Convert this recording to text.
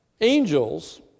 angels